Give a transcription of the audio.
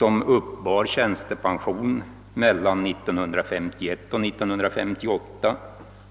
Han uppbar tjänstepension under åren 1951—1958,